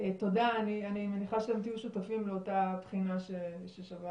אני מניחה שאתם תהיו שותפים לאותה בחינה ששווה